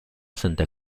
santa